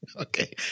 Okay